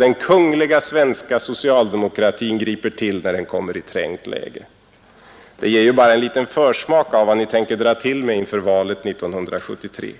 den kungliga svenska socialdemokratin griper till när den kommer i trängt läge! Det ger oss ju bara en liten försmak av vad ni tänker dra till med inför valet 1973.